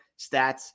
stats